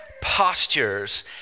postures